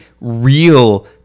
real